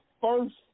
first